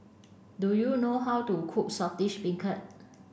do you know how to cook Saltish Beancurd